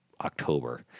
October